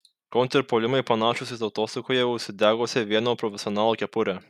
kontrpuolimai panašūs į tautosakoje užsidegusią vieno profesionalo kepurę